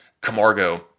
Camargo